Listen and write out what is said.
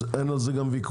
אין על זה גם ויכוח.